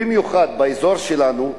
במיוחד באזור שלנו,